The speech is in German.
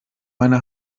meine